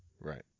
right